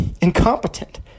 incompetent